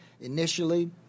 initially